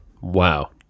Wow